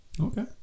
okay